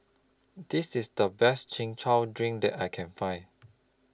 This IS The Best Chin Chow Drink that I Can Find